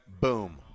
boom